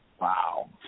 Wow